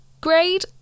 grade